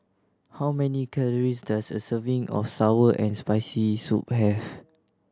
how many calories does a serving of sour and Spicy Soup have